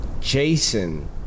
Jason